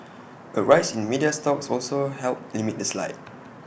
A rise in media stocks also helped limit the slide